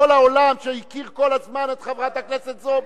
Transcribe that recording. כל העולם שהכיר כל הזמן את חברת הכנסת זועבי,